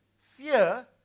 fear